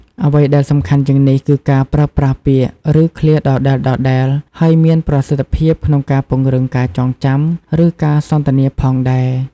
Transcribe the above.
អ្វីដែលសំខាន់ជាងនេះ គឺការប្រើប្រាស់ ពាក្យ ឬឃ្លាដដែលៗហើយមានប្រសិទ្ធភាពក្នុងការពង្រឹងការចងចាំ ឬការសន្ទនាផងដែរ។